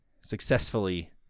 successfully